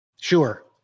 Sure